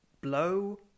blow